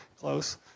close